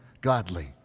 godly